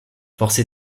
forcé